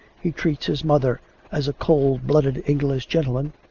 he treats his mother as a cold blooded english gentleman,